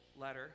letter